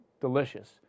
delicious